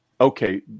Okay